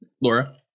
Laura